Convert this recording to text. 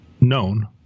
known